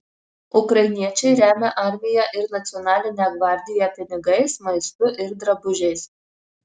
ukrainiečiai remia armiją ir nacionalinę gvardiją pinigais maistu ir drabužiais